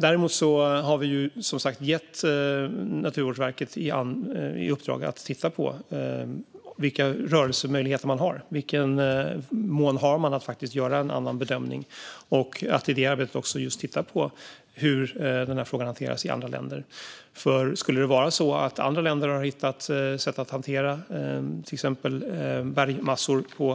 Däremot har vi som sagt gett Naturvårdsverket i uppdrag att titta på vilka rörelsemöjligheter och vilken mån man faktiskt har för att göra en annan bedömning. I det arbetet ska man också titta just på hur frågan hanteras i andra länder. Skulle det vara så att andra länder har hittat andra sätt än Sverige att hantera till exempel bergmassor på